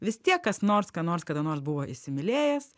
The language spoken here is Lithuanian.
vis tiek kas nors ką nors kada nors buvo įsimylėjęs